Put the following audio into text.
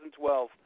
2012